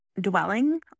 dwelling